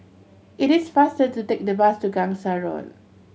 it is faster to take the bus to Gangsa Road